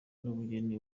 n’ubugeni